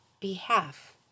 behalf